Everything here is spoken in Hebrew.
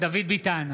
דוד ביטן,